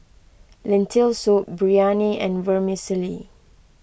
Lentil Soup Biryani and Vermicelli